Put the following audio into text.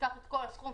זה לא מספיק.